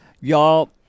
Y'all